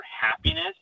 happiness